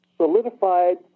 solidified